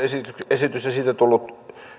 esitys ja siitä tullut